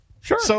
Sure